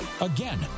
Again